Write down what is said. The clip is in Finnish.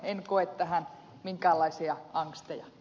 en koe tähän minkäänlaisia angsteja